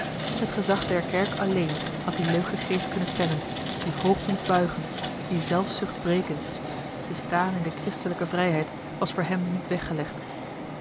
het gezag der kerk alleen had dien leugengeest kunnen temmen dien hoogmoed buigen die zelfzucht breken te staan in de christelijke vrijheid was voor hem niet weggelegd